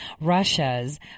Russia's